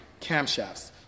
camshafts